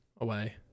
away